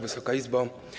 Wysoka Izbo!